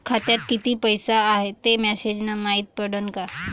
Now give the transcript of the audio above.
खात्यात किती पैसा हाय ते मेसेज न मायती पडन का?